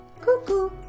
cuckoo